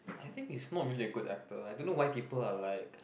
I think he's not really a good actor I don't know why people are like